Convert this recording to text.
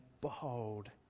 Behold